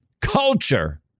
culture